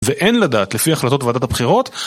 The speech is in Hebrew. ואין לדעת לפי החלטות וודעת הבחירות